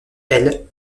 elle